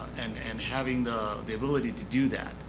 and and having the the ability to do that,